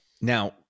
Now